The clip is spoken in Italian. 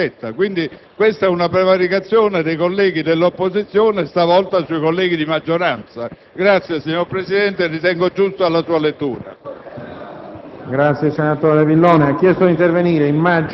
invece, da parte dell'opposizione, tradurre in un problema di violazione di diritti dell'opposizione quello che è il diritto del presentatore dell'emendamento di disporre della propria iniziativa politica,